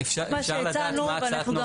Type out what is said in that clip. אפשר לדעת מה הצעת נוסח של משרד הבריאות?